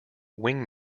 wing